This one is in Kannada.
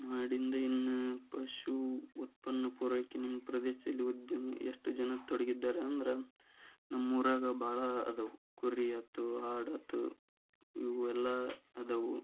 ಮಾಡಿದ ಇನ್ನು ಪಶು ಉತ್ಪನ್ನ ಪೂರೈಕೆ ನಿಮ್ಮ ಪ್ರದೇಶದಲ್ಲಿ ಉದ್ಯಮಿ ಎಷ್ಟು ಜನ ತೊಡಗಿದ್ದಾರೆ ಅಂದ್ರೆ ನಮ್ಮ ಊರಾಗ ಭಾಳ ಅದವೆ ಕುರಿ ಆಯ್ತು ಆಡು ಆಯ್ತು ಇವು ಎಲ್ಲ ಅದವೆ